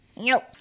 Nope